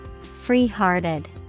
free-hearted